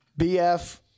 BF